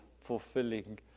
fulfilling